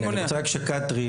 נמצא כאן כתריאל,